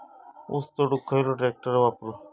ऊस तोडुक खयलो ट्रॅक्टर वापरू?